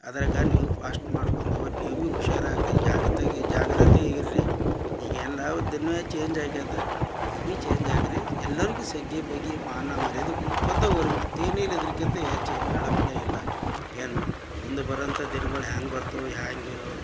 ಅದರಾಗ ನೀವು ಫಾಶ್ಟ್ ಮಾಡ್ಕೊಂಡ್ ಹೋರಿ ನೀವು ಭಿ ಹುಷಾರಾಗಿರಿ ಜಾಗತೆಗೆ ಜಾಗ್ರತೆಗೆ ಇರಿ ಈಗ ಎಲ್ಲಾವುದ್ದೆಯೂ ಚೇಂಜ್ ಆಗ್ಯದ ನೀವು ಭಿ ಚೇಂಜ್ ಆಗಿರಿ ಎಲ್ಲೊರ್ಗೆ ತಗ್ಗಿ ಬಗ್ಗಿ ಮಾನ ಮರ್ಯಾದೆ ಕೊಟ್ಕೊತಾ ಹೋಗ್ರಿ ಮತ್ತೇನೂ ಇಲ್ಲ ಇದಕ್ಕಿಂತ ಹೆಚ್ಚು ಏನೂ ಹೇಳೋಪ್ಪಲೆ ಇಲ್ಲ ಏನೂ ಮುಂದೆ ಬರುವಂಥ ದಿನ್ಗಳು ಹ್ಯಾಂಗೆ ಬರ್ತವೆ ಹ್ಯಾಂಗೆ ಇಲ್ವೋ